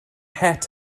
het